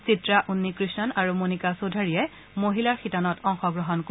চিত্ৰা উন্নিকৃষ্ণন আৰু মণিকা চৌধাৰীয়ে মহিলাৰ শিতানত অংশগ্ৰহণ কৰিব